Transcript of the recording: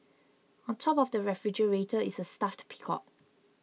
on top of the refrigerator is a stuffed peacock